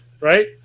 right